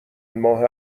ماه